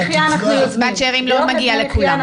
קצבת שאירים לא מגיע לכולם.